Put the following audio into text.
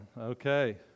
Okay